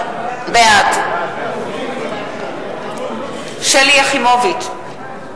בעד שלי יחימוביץ,